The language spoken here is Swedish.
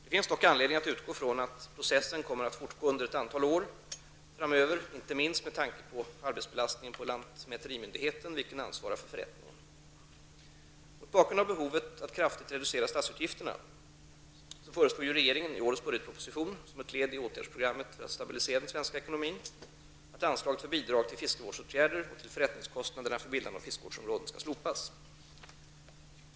Det finns dock anledning att utgå från att processen kommer att fortgå under ett antal år framöver, inte minst med tanke på arbetsbelastningen på lantmäterimyndigheten, vilken ansvarar för förrättningen. Mot bakgrund av behovet att kraftigt reducera statsutgifterna föreslår regeringen i årets budgetproposition, som ett led i åtgärdsprogrammet för att stabilisera den svenska ekonomin m.m., att anslaget för bidrag till fiskevårdsåtgärder och till förrättningskostnaderna för bildande av fiskevårdsområden skall slopas.